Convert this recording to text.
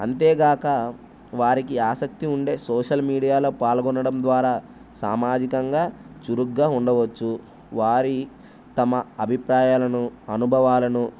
అంతేగాక వారికి ఆసక్తి ఉండే సోషల్ మీడియాలో పాల్గొనడం ద్వారా సామాజికంగా చురుగ్గా ఉండవచ్చు వారి తమ అభిప్రాయాలను అనుభవాలను